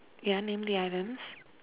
yeah name the items